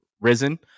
risen